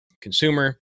consumer